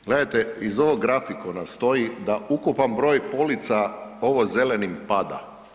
Gledajte, iz ovog grafikona stoji da ukupan broj polica, ovo zelenim, pada.